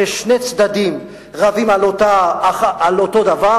כששני צדדים רבים על אותו דבר,